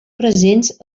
presents